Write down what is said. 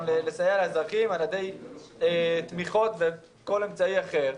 לסייע לאזרחים על ידי תמיכות וכל אמצעי אחר,